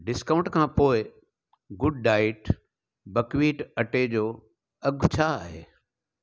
discount खां पोइ good diet buckwheat अटो जो अघि छा आहे